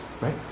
Right